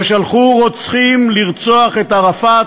ששלחו רוצחים לרצוח את ערפאת